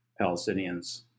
Palestinians